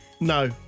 No